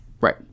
Right